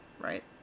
right